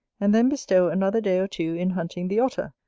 and then bestow another day or two in hunting the otter,